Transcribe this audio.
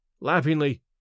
laughingly